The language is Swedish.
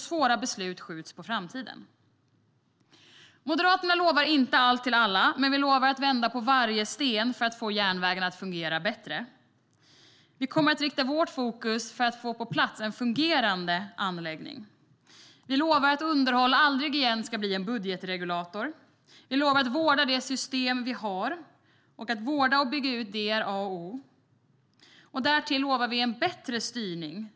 Svåra beslut skjuts på framtiden. Moderaterna lovar inte allt till alla, men vi lovar att vända på varje sten för att få järnvägen att fungera bättre. Vi kommer att fokusera på att få en fungerande anläggning på plats. Vi lovar att underhåll aldrig mer ska bli en budgetregulator. Vi lovar att vårda det system vi har. Att vårda och bygga ut det är A och O. Därtill lovar vi en bättre styrning.